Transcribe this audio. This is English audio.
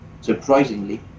surprisingly